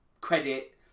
credit